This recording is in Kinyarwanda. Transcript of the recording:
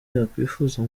yakwifuza